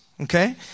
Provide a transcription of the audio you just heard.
okay